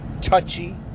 touchy